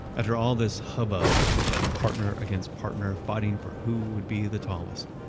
after all this hubbub of partner against partner fighting for who would be the tallest,